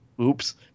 oops